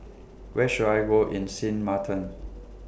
Where should I Go in Sint Maarten